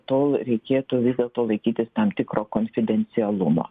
tol reikėtų vis dėlto laikytis tam tikro konfidencialumo